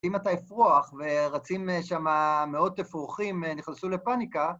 אם אתה אפרוח ורצים שמה מאות תפוחים, נכנסו לפאניקה.